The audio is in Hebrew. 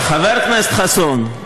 חבר הכנסת חסון,